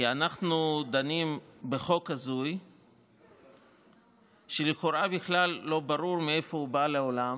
כי אנחנו דנים בחוק הזוי שלכאורה בכלל לא ברור מאיפה הוא בא לעולם,